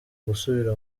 gusubira